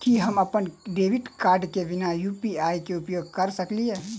की हम अप्पन debit card केँ बिना यु.पी.आई केँ उपयोग करऽ सकलिये?